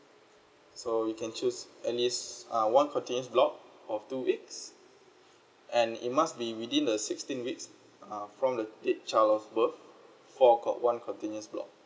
so you can choose at least uh one continuous block of two weeks and it must be within the sixteen weeks uh from the date child of birth for c~ one continuous block